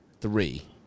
three